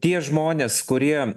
tie žmonės kurie